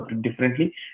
differently